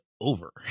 over